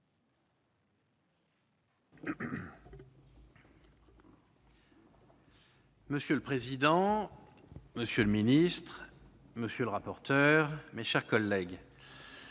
Monsieur le président, monsieur le ministre, monsieur le rapporteur, mes chers collègues,